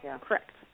Correct